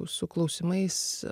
su klausimais